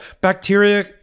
Bacteria